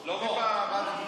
שלמה,